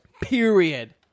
Period